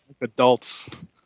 adults